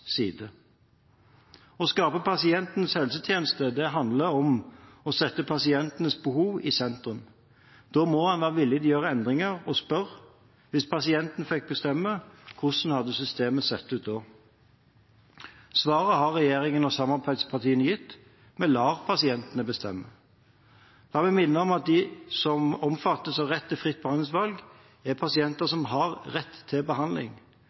side. Å skape pasientens helsetjeneste handler om å sette pasientens behov i sentrum. Da må en være villig til å gjøre endringer og spørre: Hvis pasienten fikk bestemme, hvordan hadde systemet sett ut da? Svaret har regjeringen og samarbeidspartiene gitt: Vi lar pasienten bestemme. La meg minne om at de som omfattes av retten til fritt behandlingsvalg, er pasienter som har rett til behandling.